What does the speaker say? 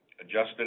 adjusted